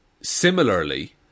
similarly